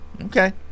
okay